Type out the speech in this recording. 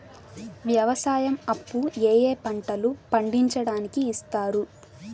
వ్యవసాయం అప్పు ఏ ఏ పంటలు పండించడానికి ఇస్తారు?